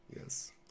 yes